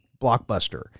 blockbuster